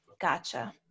Gotcha